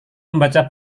membaca